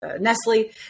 Nestle